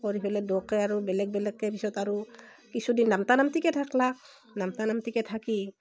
কৰি ফেলে দুয়োকে আৰু বেলেগ বেলেগকে পিছত আৰু কিছুদিন নামতা নামতিকে থাকলাক নামতা নামতিকে থাকি